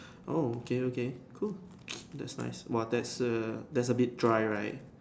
oh okay okay cool that's nice !wah! that's a that's a bit dry right